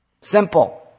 Simple